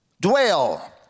Dwell